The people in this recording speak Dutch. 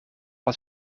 als